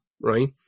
right